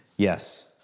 Yes